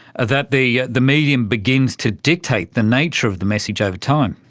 ah that the the medium begins to dictate the nature of the message over time.